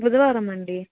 బుధవారం అండి